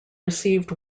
received